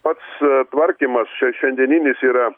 pats tvarkymas čia šiandieninis yra